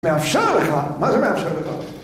מאפשר לך, מה זה מה אפשר לך?